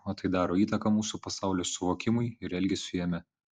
o tai daro įtaką mūsų pasaulio suvokimui ir elgesiui jame